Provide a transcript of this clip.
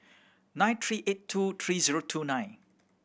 nine three eight two three zero two nine